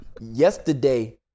Yesterday